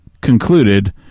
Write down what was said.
concluded